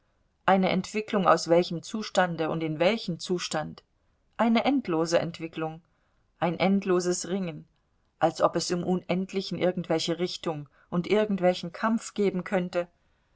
eine entwicklung aus welchem zustande und in welchen zustand eine endlose entwicklung ein endloses ringen als ob es im unendlichen irgendwelche richtung und irgendwelchen kampf geben könnte